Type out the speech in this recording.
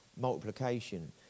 multiplication